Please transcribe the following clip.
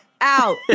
out